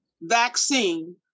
vaccine